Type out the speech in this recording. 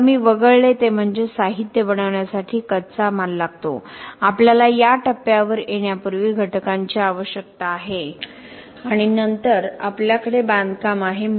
आता मी वगळले ते म्हणजे साहित्य बनवण्यासाठी कच्चा माल लागतो आपल्याला या टप्प्यावर येण्यापूर्वी घटकांची आवश्यकता आहे आणि नंतर आपल्याकडे बांधकाम आहे